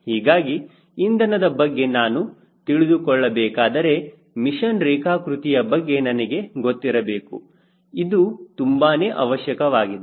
ಹೀಗಾಗಿ ಇಂಧನದ ಬಗ್ಗೆ ನಾನು ತಿಳಿದುಕೊಳ್ಳಬೇಕಾದರೆ ಮಿಷಿನ್ ರೇಖಾಕೃತಿಯ ಬಗ್ಗೆ ನನಗೆ ಗೊತ್ತಿರಬೇಕು ಇದು ತುಂಬಾನೇ ಅವಶ್ಯಕವಾಗಿದೆ